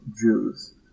Jews